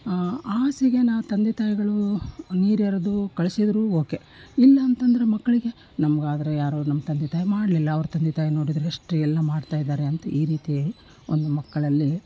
ಆ ಆಸೆಗೆ ನಾವು ತಂದೆ ತಾಯಿಗಳು ನೀರು ಎರೆಡು ಕಳಿಸಿದ್ರು ಓಕೆ ಇಲ್ಲಾಂತಂದರೆ ಮಕ್ಕಳಿಗೆ ನಮ್ಗಾದ್ರೂ ಯಾರು ನಮ್ಮ ತಂದೆ ತಾಯಿ ಮಾಡಲಿಲ್ಲ ಅವ್ರ ತಂದೆ ತಾಯಿ ನೋಡಿದರೆ ಎಷ್ಟು ಎಲ್ಲ ಮಾಡ್ತಾ ಇದ್ದಾರೆ ಅಂತ ಈ ರೀತಿ ಒಂದು ಮಕ್ಕಳಲ್ಲಿ